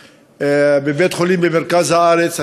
בבית-חולים במרכז הארץ,